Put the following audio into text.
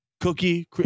Cookie